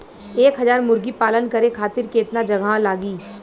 एक हज़ार मुर्गी पालन करे खातिर केतना जगह लागी?